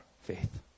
faith